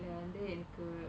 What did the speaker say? வந்து எனக்கு:vanthu enakku